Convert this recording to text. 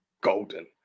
golden